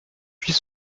puis